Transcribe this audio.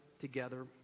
together